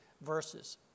verses